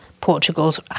Portugal's